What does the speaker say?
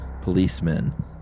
Policemen